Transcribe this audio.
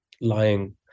lying